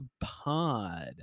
Pod